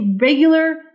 regular